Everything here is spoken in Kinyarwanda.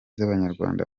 z’abanyarwanda